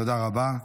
תודה רבה.